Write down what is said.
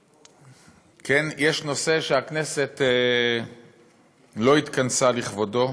כן, יש נושא שהכנסת לא התכנסה לכבודו,